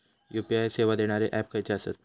UPI सेवा देणारे app खयचे आसत?